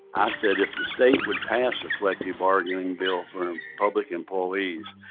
i said if the state would pass a collective bargaining bill for public employees,